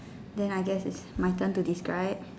then I guess it's my turn to describe